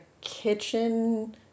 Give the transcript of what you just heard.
kitchen